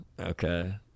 Okay